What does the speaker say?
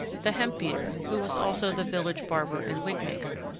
the hemp-beater, who was also the village barber and wig-maker,